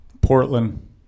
Portland